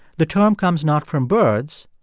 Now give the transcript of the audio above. the term comes not from birds,